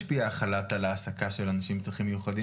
החל"ת על ההעסקה של אנשים עם צרכים מיוחדים?